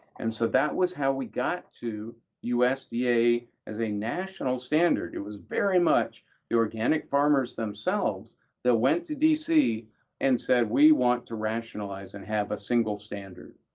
and so that was how we got to usda as a national standard. it was very much the organic farmers themselves that went to dc and said, we want to rationalize and have a single standard,